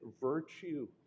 virtue